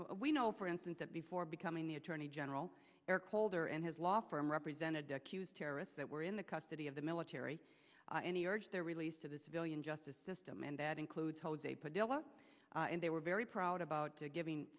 we know for instance that before becoming the attorney general eric holder and his law firm represented the accused terrorists that were in the custody of the military any urge their release to the civilian justice system and that includes jose padilla and they were very proud about giving